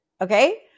okay